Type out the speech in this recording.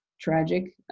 tragic